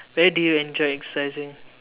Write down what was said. where do you enjoy exercising